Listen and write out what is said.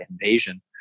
invasion